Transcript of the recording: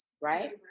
Right